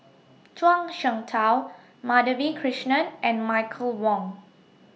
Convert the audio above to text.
Zhuang Shengtao Madhavi Krishnan and Michael Wong